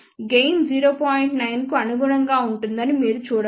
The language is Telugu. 9 కు అనుగుణంగా ఉంటుందని మీరు చూడవచ్చు